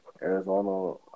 Arizona